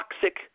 toxic